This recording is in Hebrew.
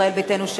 ישראל ביתנו,